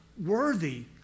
worthy